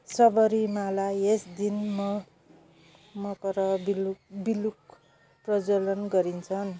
सबरीमाला यस दिन मकर वि विलुक विलुक प्रज्ज्वलन गरिन्छन्